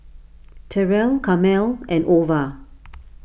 Terrell Carmel and Ova